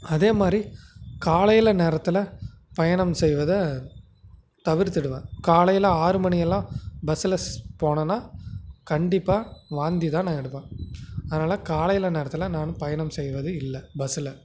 அதே மாதிரி காலையில நேரத்தில் பயணம் செய்வதை தவிர்த்திடுவேன் காலையில ஆறு மணியெலாம் பஸ்ஸில போனேனா கண்டிப்பாக வாந்திதான் நான் எடுப்பேன் அதனால காலையில் நேரத்தில் நான் பயணம் செய்வது இல்லை பஸ்ஸில்